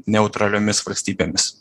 neutraliomis valstybėmis